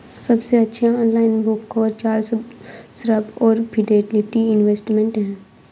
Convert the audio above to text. सबसे अच्छे online broker Charles Schwab और फिडेलिटी इन्वेस्टमेंट हैं